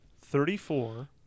thirty-four